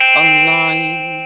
online